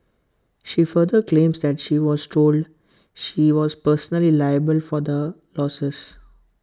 she further claims that she was told she was personally liable for the losses